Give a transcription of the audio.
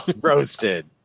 Roasted